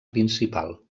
principal